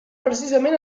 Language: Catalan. precisament